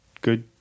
good